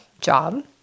job